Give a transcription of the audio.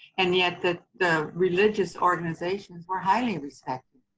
and yet the the religious organizations were highly respected.